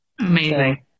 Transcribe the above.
Amazing